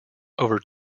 over